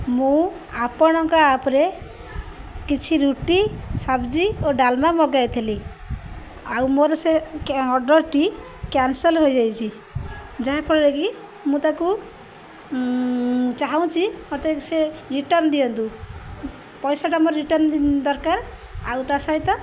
ମୁଁ ଆପଣଙ୍କ ଆପ୍ରେ କିଛି ରୁଟି ସବଜି ଓ ଡାଲମା ମଗାଇଥିଲି ଆଉ ମୋର ସେ ଅର୍ଡ଼ର୍ଟି କ୍ୟାନସଲ୍ ହୋଇଯାଇଛି ଯାହାଫଳରେ କିି ମୁଁ ତାକୁ ଚାହୁଁଛି ମତେ ସେ ରିଟର୍ଣ୍ଣ ଦିଅନ୍ତୁ ପଇସାଟା ମୋର ରିଟର୍ଣ୍ଣ ଦରକାର ଆଉ ତା ସହିତ